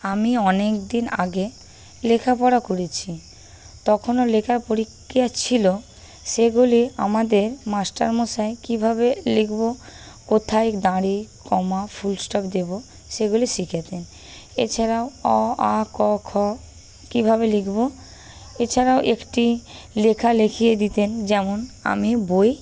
আমি অনেকদিন আগে লেখা পড়া করেছি তখনও লেখার পরীক্ষা ছিল সেগুলি আমাদের মাস্টারমশাই কীভাবে লিখবো কোথায় দাঁড়ি কমা ফুলস্টপ দেবো সেগুলি শেখাতেন এছাড়াও অ আ ক খ কিভাবে লিখবো এছাড়াও একটি লেখা লেখিয়ে দিতেন যেমন আমি বই